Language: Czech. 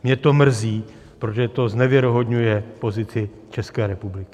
Mě to mrzí, protože to znevěrohodňuje pozici České republiky.